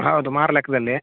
ಹೌದು ಮಾರು ಲೆಕ್ಕದಲ್ಲಿ